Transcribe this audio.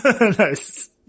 Nice